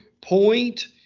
point